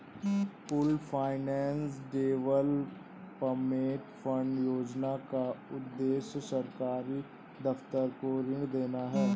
pooled finance development fund योजना का उद्देश्य सरकारी दफ्तर को ऋण देना है